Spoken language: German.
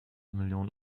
millionen